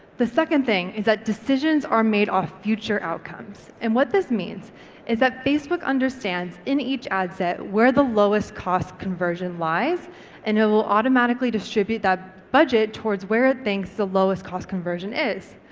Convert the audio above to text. the second thing is that decisions are made off future outcomes. and what this means is that facebook understands in each ad set where the lowest cost conversion lies and it will automatically distribute that budget towards where it thinks the lowest cost conversion is.